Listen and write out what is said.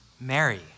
Mary